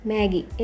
Maggie